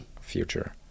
future